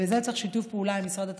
בזה צריך שיתוף פעולה עם משרד התחבורה,